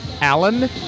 Allen